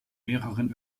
mehreren